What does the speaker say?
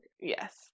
Yes